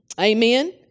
Amen